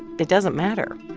it doesn't matter.